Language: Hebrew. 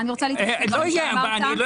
רגע, אני רוצה להתייחס למה שאמרת.